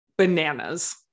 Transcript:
bananas